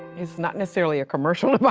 it's not necessarily a commercial,